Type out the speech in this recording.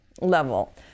level